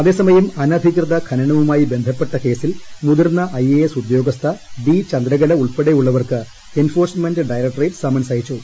അതേസമയം അനധികൃത ഖനനവുമായി ബന്ധപ്പെട്ടകേസിൽ മുതിർന്ന ഐ എ എസ് ഉദ്യോഗസ്ഥ ബി ചന്ദ്രകല ഉൾപ്പെടെയുള്ളവർക്ക് എൻഫോഴ്സ്മെന്റ് ഡയറക്ട്രേറ്റ് സമൻസ് അയച്ചു